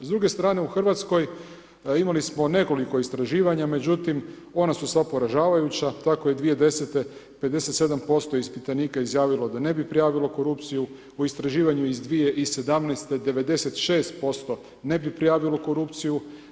S druge strane u Hrvatskoj imali smo nekoliko istraživanja, međutim, ona su sva poražavajuća tako je 2010. 57% ispitanika izjavilo da ne bi prijavilo korupciju, u istraživanju iz 2017. 96% ne bi prijavilo korupciju.